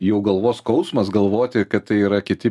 jau galvos skausmas galvoti kad tai yra kiti